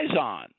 on